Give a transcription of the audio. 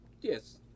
Yes